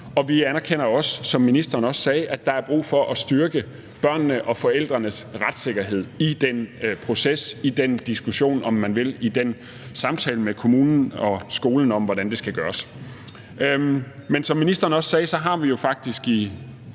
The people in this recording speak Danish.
og vi anerkender, som ministeren også sagde, også, at der er brug for at styrke børnene og forældrenes retssikkerhed i den proces, i den diskussion, om man vil, i den samtale med kommunen og skolen om, hvordan det skal gøres. Men som ministeren også sagde, har vi jo faktisk i